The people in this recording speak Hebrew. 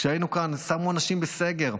כשהיינו כאן, שמו אנשים בסגר.